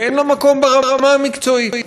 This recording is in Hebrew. ואין לה מקום ברמה המקצועית.